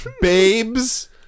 babes